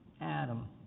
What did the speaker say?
Adam